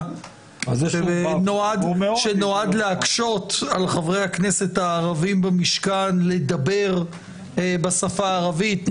שנועד להקשות על חברי הכנסת הערביים במשכן לדבר בשפה הערבית.